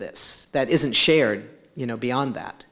this that isn't shared you know beyond that